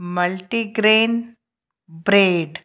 multigrain bread